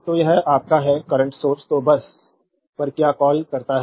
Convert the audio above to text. तो यह आपका है करंट सोर्स को बस पर क्या कॉल करता है